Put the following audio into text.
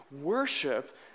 worship